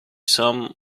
some